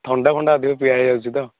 ଥଣ୍ଡା ଫଣ୍ଡା ଅଧିକ ପିଆହୋଇଯାଉଛି ତ